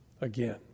again